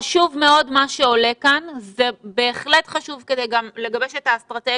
מה שעולה כאן הוא חשוב מאוד והוא בהחלט חשוב גם כדי לגבש את האסטרטגיה.